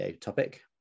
topic